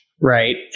right